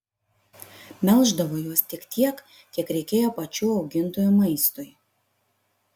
melždavo juos tik tiek kiek reikėjo pačių augintojų maistui